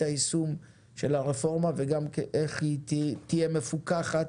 היישום של הרפורמה וגם איך היא תהיה מפוקחת,